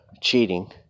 cheating